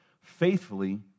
faithfully